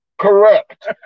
Correct